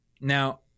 Now